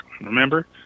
Remember